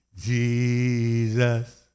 Jesus